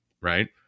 right